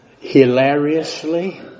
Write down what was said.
hilariously